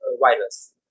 virus